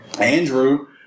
Andrew